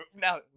now